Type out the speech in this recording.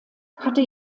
hatte